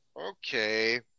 okay